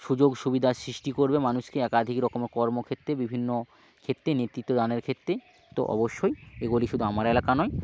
সুযোগসুবিধা সৃষ্টি করবে মানুষকে একাধিক রকম কর্মক্ষেত্রে বিভিন্ন ক্ষেত্রে নেতৃত্ব দানের ক্ষেত্রে তো অবশ্যই এগুলি শুধু আমার এলাকা নয়